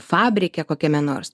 fabrike kokiame nors